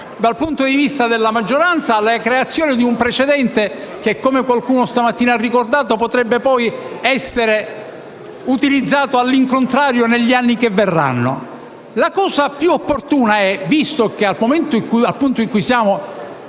dal punto di vista della maggioranza, la creazione di un precedente che, come qualcuno stamattina ha ricordato, potrebbe poi essere utilizzato al contrario negli anni che verranno. La cosa più opportuna, visto che al punto in cui siamo